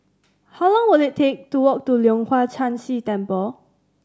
how long will it take to walk to Leong Hwa Chan Si Temple